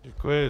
Děkuji.